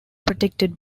protected